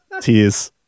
Tears